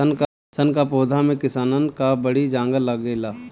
सन कअ पौधा में किसानन कअ बड़ी जांगर लागेला